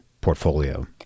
portfolio